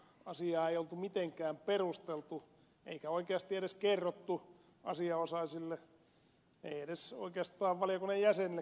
asiaa ei ollut mitenkään perusteltu eikä oikeasti edes kerrottu asianosaisille ei oikeastaan edes valiokunnan jäsenillekään